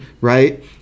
right